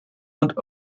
und